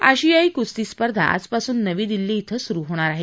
आशियाई कुस्ती स्पर्धा आजपासून नवी दिल्ली इथं सुरु होत आहे